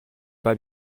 pas